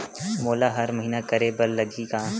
मोला हर महीना करे बर लगही का?